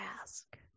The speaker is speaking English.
ask